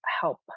help